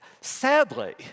Sadly